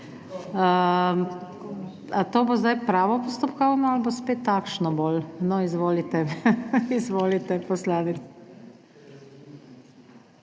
A to bo zdaj pravo postopkovno ali bo spet takšno bolj? No. Izvolite. Izvolite, poslanec.